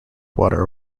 water